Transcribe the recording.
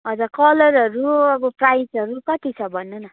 हजुर कलरहरू अब प्राइसहरू कति छ भन्नु न